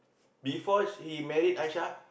before he married Aishah